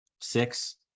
Six